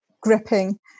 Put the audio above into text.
gripping